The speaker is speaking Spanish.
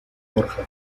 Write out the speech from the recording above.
borja